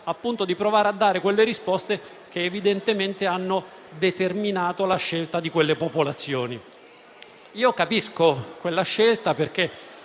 di provare a dare le risposte che evidentemente hanno determinato la scelta di quelle popolazioni. Capisco quella scelta, perché